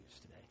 today